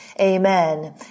amen